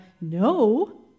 No